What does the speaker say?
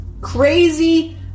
crazy